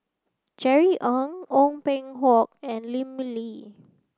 Jerry Ng Ong Peng Hock and Lim Lee